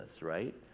right